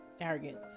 arrogance